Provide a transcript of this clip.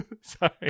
Sorry